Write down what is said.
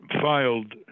filed